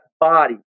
body